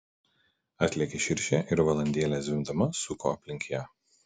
atlėkė širšė ir valandėlę zvimbdama suko aplink ją